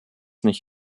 nicht